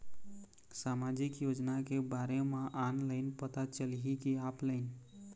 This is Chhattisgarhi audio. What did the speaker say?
सामाजिक योजना के बारे मा ऑनलाइन पता चलही की ऑफलाइन?